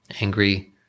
Angry